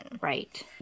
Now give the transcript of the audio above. right